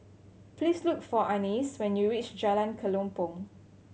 please look for Annis when you reach Jalan Kelempong